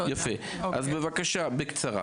אז בבקשה, בקצרה.